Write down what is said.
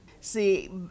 See